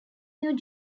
new